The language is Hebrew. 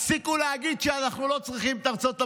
תפסיקו להגיד שאנחנו לא צריכים את ארצות הברית.